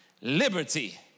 liberty